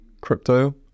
crypto